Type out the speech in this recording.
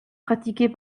pratiqués